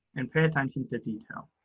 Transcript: and pay attention to detail.